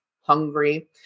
hungry